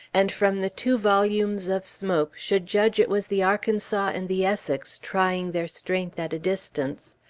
and from the two volumes of smoke, should judge it was the arkansas and the essex trying their strength at a distance.